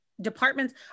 departments